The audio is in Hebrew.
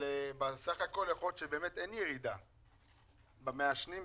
יכול להיות שאין ירידה במעשנים.